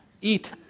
eat